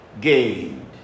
gained